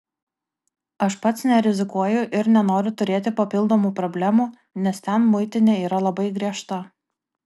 aš pats nerizikuoju ir nenoriu turėti papildomų problemų nes ten muitinė yra labai griežta